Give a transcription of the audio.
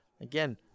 Again